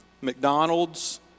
McDonald's